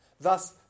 Thus